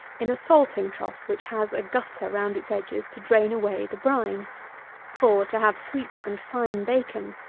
in a salting trough which has a gutter round its edges to drain away the brine for, to have sweet and fine bacon,